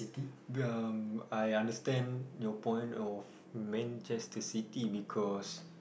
um I understand your point of Manchester-City because